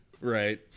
Right